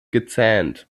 gezähnt